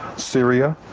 syria,